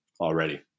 already